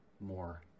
more